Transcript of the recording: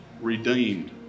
redeemed